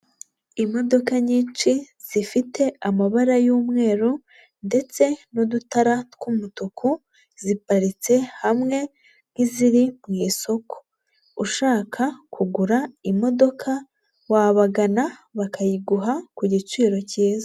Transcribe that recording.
Imodoka nyinshi zifite amabara y'umweru ndetse n'udutara tw'umutuku, ziparitse hamwe nk'iziri mu isoko, ushaka kugura imodoka wabagana, bakayiguha ku giciro kiza.